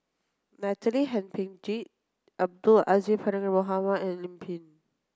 Natalie Hennedige Abdul Aziz Pakkeer Mohamed and Lim Pin